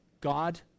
God